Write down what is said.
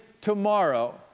tomorrow